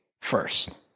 first